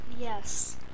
Yes